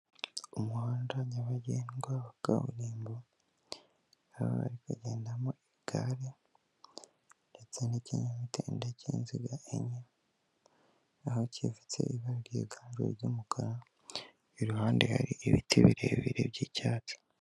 Umuhanda nyabagendwa wa kaburimbo, hakaba hari kugendamo igare ndetse n'ikinyamitende cy'inziga enye, naho gifite ibara ryiganje ry'umukara, iruhande hari ibiti birebire by'icyatsi.